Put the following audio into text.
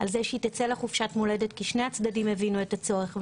על שתצא לחופשת מולדת כי שני הצדדים הבינו את הצורך,